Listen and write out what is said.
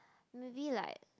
maybe like